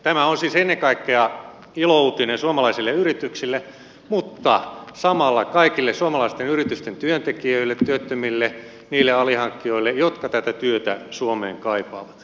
tämä on siis ennen kaikkea ilouutinen suomalaisille yrityksille mutta samalla kaikille suomalaisten yritysten työntekijöille työttömille niille alihankkijoille jotka tätä työtä suomeen kaipaavat